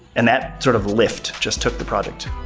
and that sort of lift just took the project.